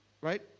right